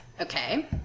Okay